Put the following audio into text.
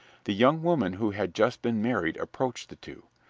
the young woman who had just been married approached the two.